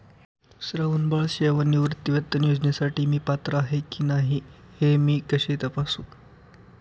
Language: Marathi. श्रावणबाळ सेवा राज्य निवृत्तीवेतन योजनेसाठी मी पात्र आहे की नाही हे मी कसे तपासू?